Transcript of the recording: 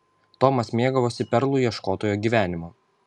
tomas mėgavosi perlų ieškotojo gyvenimu